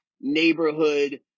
neighborhood